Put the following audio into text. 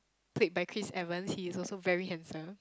played by Chris-Evans he is also very handsome